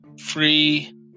free